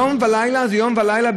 יום ולילה, יום ולילה.